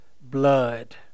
blood